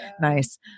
Nice